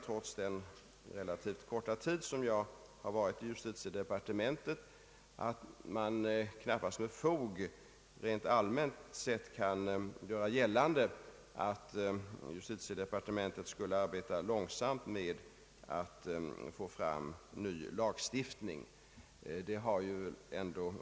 Trots den relativt korta tid som jag har varit i justitiedepartementet tror jag mig kunna säga att man knappast med fog rent allmänt sett kan göra gällande att justitiedepartementet skulle arbeta långsamt med att få fram lagstiftning.